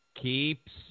Keeps